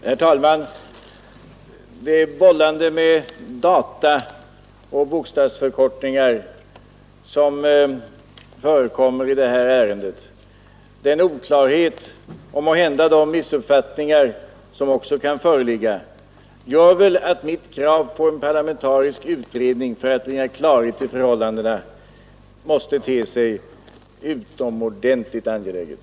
Herr talman! Mot bakgrund av det bollande med data och bokstavsförkortningar som förekommer i detta ärende, den oklarhet som föreligger och de missuppfattningar som måhända också kan föreligga måste väl mitt krav på en parlamentarisk utredning för att vinna klarhet i förhållandena te sig utomordentligt angeläget.